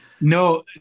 No